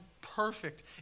perfect